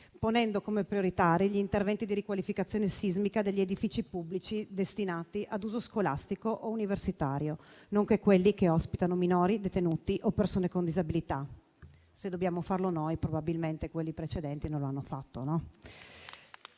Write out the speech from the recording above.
ponendo come prioritari gli interventi di riqualificazione sismica degli edifici pubblici destinati ad uso scolastico o universitario, nonché quelli che ospitano minori, detenuti o persone con disabilità. Se dobbiamo farlo noi, probabilmente chi ci ha preceduto non lo ha fatto.